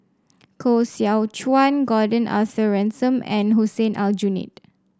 Koh Seow Chuan Gordon Arthur Ransome and Hussein Aljunied